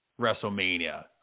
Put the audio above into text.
Wrestlemania